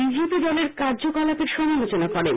BJP দলের কার্যকলাপের সমালোচনা করেন